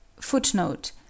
Footnote